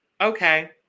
okay